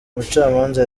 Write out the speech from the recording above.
mucamanza